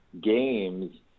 games